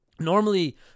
Normally